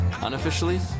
Unofficially